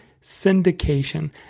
syndication